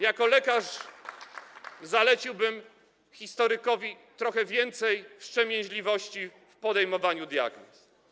Jako lekarz zaleciłbym historykowi trochę więcej wstrzemięźliwości w podejmowaniu diagnoz.